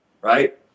right